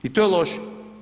I to je loše.